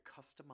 customize